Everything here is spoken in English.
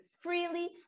freely